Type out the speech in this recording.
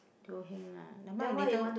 Teo-Heng ah nevermind ah later